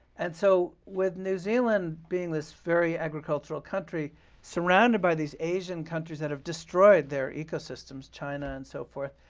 and so with new zealand being this very agricultural country surrounded by these asian countries that have destroyed their ecosystems china and so forth